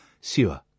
Sewer